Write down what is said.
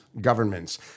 governments